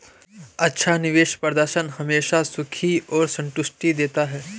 अच्छा निवेश प्रदर्शन हमेशा खुशी और संतुष्टि देता है